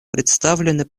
представленный